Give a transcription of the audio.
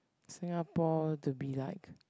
Singapore to be like